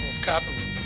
capitalism